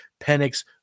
Penix